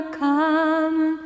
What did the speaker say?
come